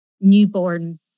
newborn